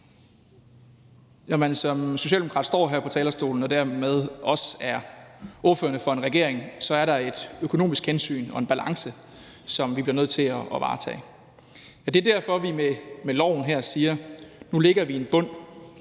når man som socialdemokrat står her på talerstolen og dermed også er ordførende for en regering, er der et økonomisk hensyn og en balance, som vi bliver nødt til at varetage. Det er derfor, at vi med loven her siger, at nu lægger vi en bund